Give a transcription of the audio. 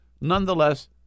Nonetheless